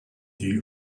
die